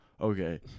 okay